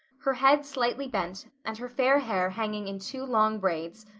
her head slightly bent and her fair hair hanging in two long braids,